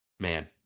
Man